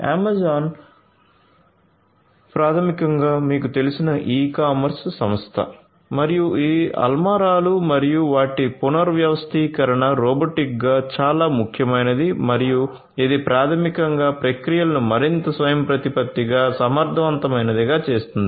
Amazon ప్రాథమికంగా మీకు తెలిసిన ఇ కామర్స్ సంస్థ మరియు ఈ అల్మారాలు మరియు వాటి పునర్వ్యవస్థీకరణ రోబోటిక్గా చాలా ముఖ్యమైనది మరియు ఇది ప్రాథమికంగా ప్రక్రియలను మరింత స్వయంప్రతిపత్తిగా సమర్థవంతమైనదిగా చేస్తుంది